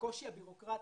הקושי הבירוקרטי,